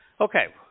Okay